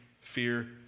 fear